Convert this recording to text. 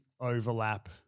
overlap